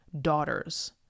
daughters